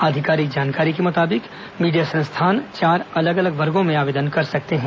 आधिकारिक जानकारी के मुताबिक मीडिया संस्थान चार अलग अलग वर्गो में आवेदन कर सकते हैं